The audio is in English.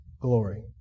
glory